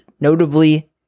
notably